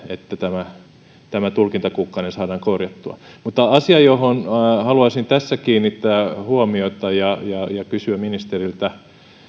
että tämä tämä tulkintakukkanen saadaan korjattua mutta asia johon haluaisin tässä kiinnittää huomiota ja ja kysyä ministeriltä